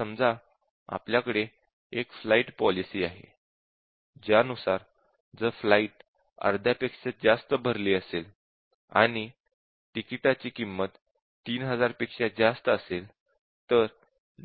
समजा आपल्याकडे एक फ्लाइट पोलिसी आहे ज्यानुसार जर फ्लाइट अर्ध्यापेक्षा जास्त भरली असेल आणि तिकिटाची किंमत 3000 पेक्षा जास्त असेल तर